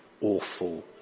awful